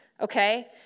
Okay